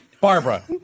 Barbara